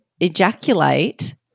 ejaculate